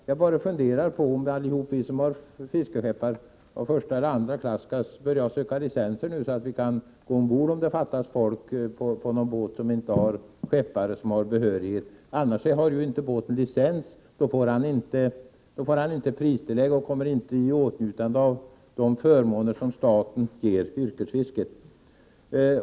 Jag undrar om alla vi som är fiskeskeppare av första eller andra klass skall börja söka licenser, så att vi kan gå ombord på någon båt med skeppare utan behörighet. Om skepparen inte har licens, får han inte pristillägg och kommer inte i åtnjutande av de förmåner som staten ger yrkesfisket.